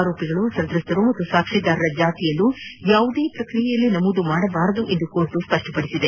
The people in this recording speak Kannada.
ಆರೋಪಿಗಳು ಸಂತಸ್ಸರು ಹಾಗೂ ಸಾಕ್ಷಿದಾರರ ಜಾತಿಯನ್ನು ಯಾವುದೇ ಪ್ರಕ್ರಿಯೆಯಲ್ಲಿ ನಮೂದು ಮಾಡಬಾರದು ಎಂದು ನ್ಲಾಯಾಲಯ ಸ್ವಪ್ನಪಡಿಸಿದೆ